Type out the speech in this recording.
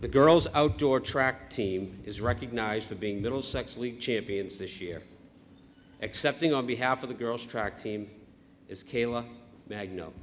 the girls outdoor track team is recognized for being their own sex league champions this year excepting on behalf of the girls track team is kayla mag no